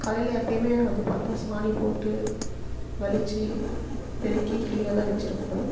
காலையில் எப்போயுமே வந்து பார்த்தினா சாணி போட்டு வழிச்சி பெருக்கி க்ளீனாகதான் வச்சுருப்போம்